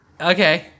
Okay